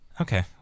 Okay